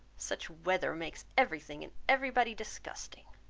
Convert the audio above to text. such weather makes every thing and every body disgusting.